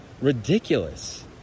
ridiculous